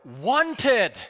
wanted